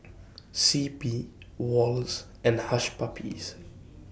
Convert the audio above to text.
C P Wall's and Hush Puppies